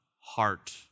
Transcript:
Heart